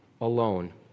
alone